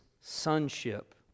sonship